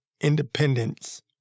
independence